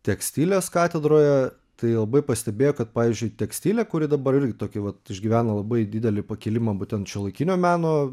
tekstilės katedroje tai labai pastebėjau kad pavyzdžiui tekstilė kuri dabar irgi tokia vat išgyvena labai didelį pakilimą būtent šiuolaikinio meno